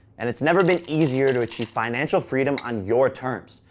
and it's never been easier to achieve financial freedom on your terms.